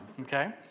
Okay